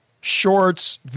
Shorts